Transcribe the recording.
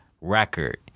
record